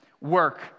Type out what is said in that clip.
Work